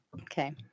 Okay